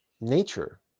nature